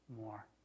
more